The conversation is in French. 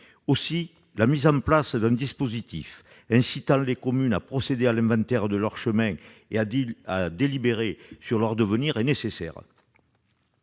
Aussi, la mise en place d'un dispositif incitant les communes à procéder à l'inventaire de leurs chemins et à délibérer sur leur avenir est nécessaire.